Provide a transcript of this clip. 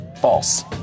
false